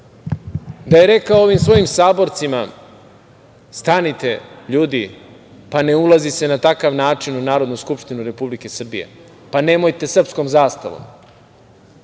da je rekao ovim svojim saborcima: „Stanite ljudi, pa ne ulazi se na takav način u Narodnu skupštinu Republike Srbije. Pa, nemojte srpskom zastavom.